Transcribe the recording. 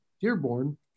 Dearborn